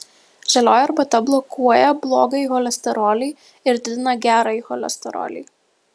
žalioji arbata blokuoja blogąjį cholesterolį ir didina gerąjį cholesterolį